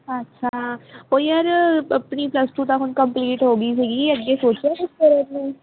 ਅੱਛਾ ਉਹ ਯਾਰ ਆਪਣੀ ਪਲਸ ਟੂ ਤਾਂ ਹੁਣ ਕੰਪਲੀਟ ਹੋ ਗਈ ਸੀਗੀ ਅੱਗੇ ਸੋਚਿਆ ਕੁਛ ਕਰਨ ਲਈ